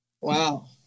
wow